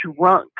drunk